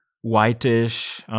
whitish